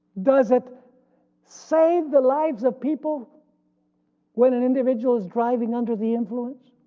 does it save the lives of people when an individual is driving under the influence?